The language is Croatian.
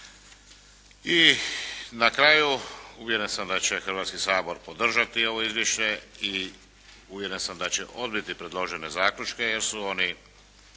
I na kraju uvjeren sam da će Hrvatski sabor podržati ovo izvješće i uvjeren sam da će odbiti predložene zaključke jer su oni